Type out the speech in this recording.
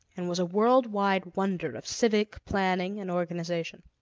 and was a worldwide wonder of civic planning and organization